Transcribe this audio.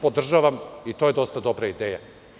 Podržavam i to je dosta dobra ideja.